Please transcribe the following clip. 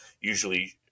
usually